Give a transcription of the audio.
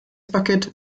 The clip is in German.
parkett